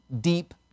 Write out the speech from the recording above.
deep